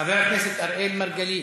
חבר הכנסת אראל מרגלית,